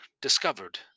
discovered